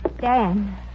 Dan